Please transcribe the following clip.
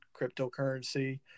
cryptocurrency